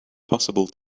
possible